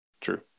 true